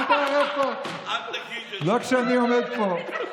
אל תגיד, לא כשאני עומד פה.